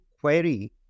query